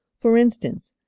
for instance,